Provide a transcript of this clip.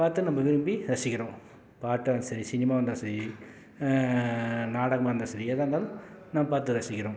பார்த்து நம்ப விரும்பி ரசிக்கிறோம் பாட்டா இருந்தா சரி சினிமாவாக இருந்தால் சரி நாடகமாக இருந்தா சரி எதாக இருந்தாலும் நம்ம பார்த்து ரசிக்கிறோம்